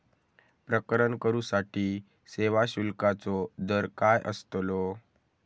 प्रकरण करूसाठी सेवा शुल्काचो दर काय अस्तलो?